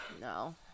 no